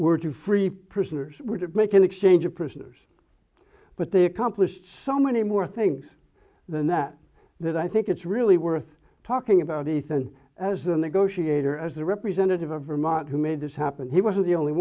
were to free prisoners were to make an exchange of prisoners but they accomplished so many more things than that that i think it's really worth talking about ethan as the negotiator as the representative of vermont who made this happen he wasn't the only